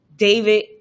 David